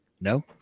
No